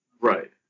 Right